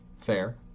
Fair